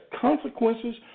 consequences